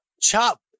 chop